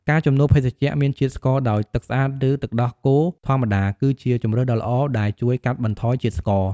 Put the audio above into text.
ការជំនួសភេសជ្ជៈមានជាតិស្ករដោយទឹកស្អាត ឬទឹកដោះគោធម្មតា គឺជាជម្រើសដ៏ល្អដែលជួយកាត់បន្ថយជាតិស្ករ។